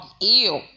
Ew